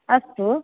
अस्तु